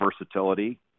versatility